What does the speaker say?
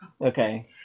Okay